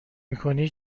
میکنی